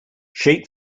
shake